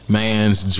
man's